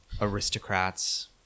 aristocrats